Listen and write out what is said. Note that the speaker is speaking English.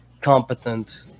competent